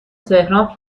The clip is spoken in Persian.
تهران